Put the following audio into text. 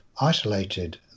isolated